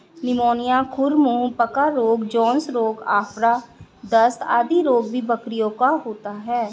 pneumonia, खुर मुँह पका रोग, जोन्स रोग, आफरा, दस्त आदि रोग भी बकरियों को होता है